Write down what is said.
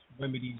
remedies